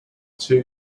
two